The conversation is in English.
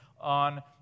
on